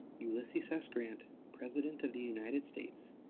ulysses s. grant, president of the united states,